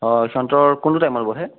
অঁ কোনটো টাইমত বহে